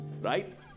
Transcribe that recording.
Right